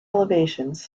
elevations